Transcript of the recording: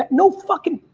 no fucking,